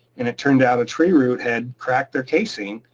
and it turned out a tree root had cracked their casing,